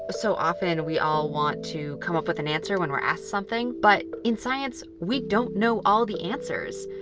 so often, we all want to come up with an answer when we're asked something. but in science, we don't know all the answers.